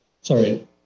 sorry